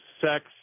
Sex